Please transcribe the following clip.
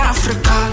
Africa